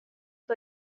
att